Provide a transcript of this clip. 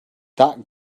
that